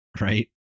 Right